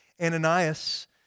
Ananias